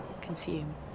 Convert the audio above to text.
consume